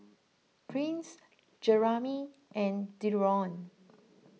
Prince Jeramy and Dereon